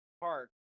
Park